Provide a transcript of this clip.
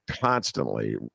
constantly